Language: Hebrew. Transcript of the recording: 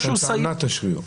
טענת תשריר.